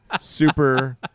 super